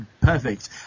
perfect